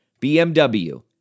BMW